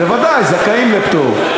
בוודאי, זכאים לפטור.